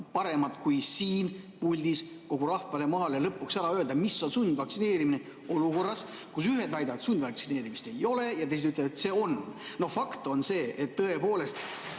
paremat kohta kui siin puldis kogu rahvale ja maale lõpuks ära öelda, mis on sundvaktsineerimine olukorras, kus ühed väidavad, et sundvaktsineerimist ei ole, ja teised ütlevad, et on.No fakt on see, et tõepoolest